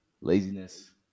laziness